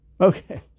Okay